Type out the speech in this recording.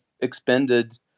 expended